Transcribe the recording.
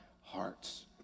hearts